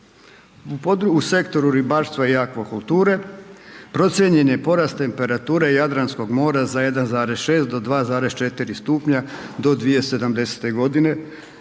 u sektoru ribarstva i akvakulture procijenjen je porast temperature Jadranskog mora za 1,6 do 2,4 stupnja do 2070.-te godine,